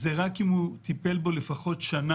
זה נכון רק אם הוא טיפל בו לפחות שנה,